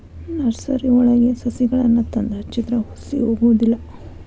ನರ್ಸರಿವಳಗಿ ಸಸಿಗಳನ್ನಾ ತಂದ ಹಚ್ಚಿದ್ರ ಹುಸಿ ಹೊಗುದಿಲ್ಲಾ